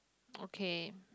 okay